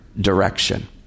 direction